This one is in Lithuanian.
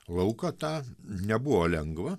lauką tą nebuvo lengva